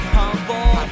humble